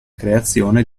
creazione